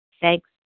Thanks